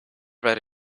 write